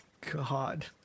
God